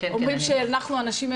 אומרים שאנחנו הנשים,